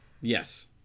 Yes